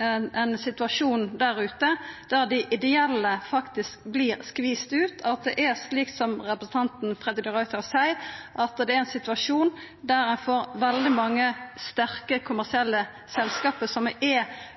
ein situasjon der ute der dei ideelle faktisk vert skvisa ut, at det er slik som representanten Freddy de Ruiter seier, at det er ein situasjon der veldig mange sterke kommersielle selskap er på veg inn i den norske helsemarknaden? Viss ein ikkje ser det koma, er